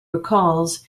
recalls